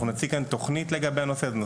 אנחנו נציג כאן תוכנית לגבי הנושא,